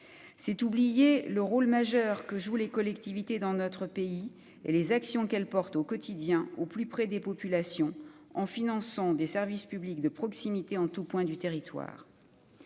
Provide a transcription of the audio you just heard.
c'est oublier le rôle majeur que joue les collectivités dans notre pays et les actions qu'elle porte au quotidien au plus près des populations en finançant des services publics de proximité en tout point du territoire.